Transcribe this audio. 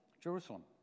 Jerusalem